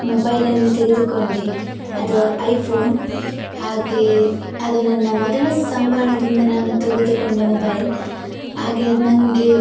ಮೊಬೈಲನ್ನೇ ತೆಗೆದುಕೊಂಡೆ ಅದು ಐಫೋನ್ ಹಾಗೆ ಅದು ನನ್ನ ಮೊದಲ ಸಂಬಳದಿಂದ ನಾನು ತೆಗೆದುಕೊಂಡ ಮೊಬೈಲ್ ಹಾಗೆ ಅದು ನನ್ಗೆ